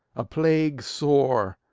a plague sore,